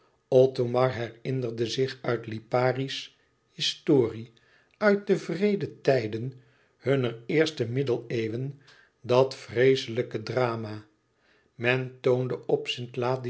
othomar herinnerde zich uit liparië's historie uit de wreede tijden hunner eerste middeneeuwen dat vreeslijke drama men toonde